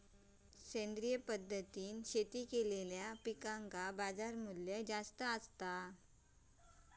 सेंद्रिय पद्धतीने शेती केलेलो पिकांका बाजारमूल्य जास्त आसा